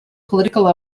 political